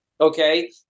Okay